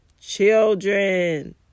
children